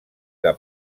que